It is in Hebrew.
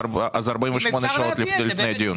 תביאו אותם 48 שעות לפני הדיון.